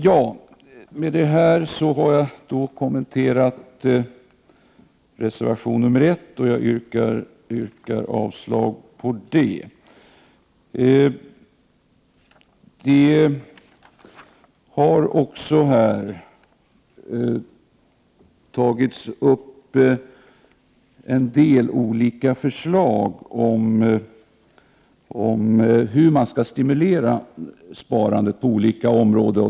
Härmed har jag kommenterat reservation 1, som jag yrkar avslag på. Det har också tagits upp en del olika förslag om hur man skall stimulera sparandet på olika områden.